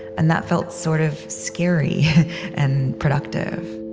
and that felt sort of scary and productive